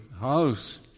house